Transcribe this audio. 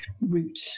route